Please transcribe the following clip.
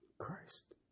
Christ